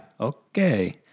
Okay